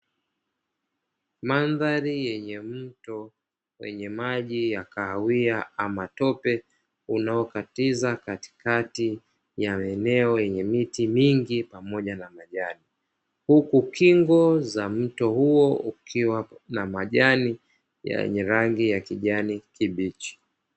Mandhari yenye mto wenye maji ya kahawia ama tope, inayokatiza katikati ya eneo yenye miti mingi pamoja na majani. Huku kingo za mto huo ukiwa na majani yenye rangi ya kijani ya kibichi.